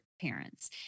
parents